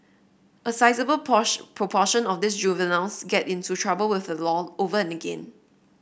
a sizeable posh proportion of these juveniles get into trouble with a law over and again